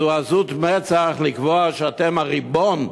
זו עזות מצח לקבוע שאתם הריבון,